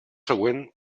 següent